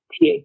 TA